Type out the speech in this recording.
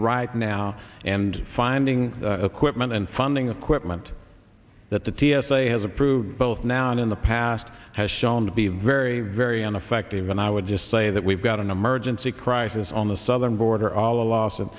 right now and finding equipment and funding equipment that the t s a has approved both now and in the past has shown to be very very ineffective and i would just say that we've got an emergency crisis on the southern border all